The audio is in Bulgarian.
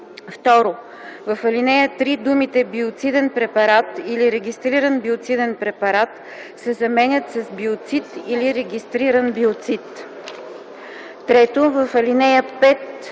2. В ал. 3 думите „биоциден препарат или регистриран биоциден препарат” се заменят с „биоцид или регистриран биоцид”. 3. В ал. 5